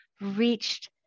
reached